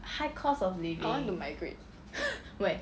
I want to migrate